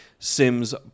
sims